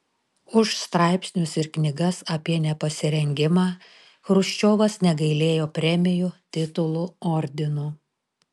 už straipsnius ir knygas apie nepasirengimą chruščiovas negailėjo premijų titulų ordinų